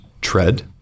tread